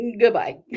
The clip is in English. goodbye